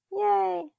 Yay